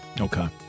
Okay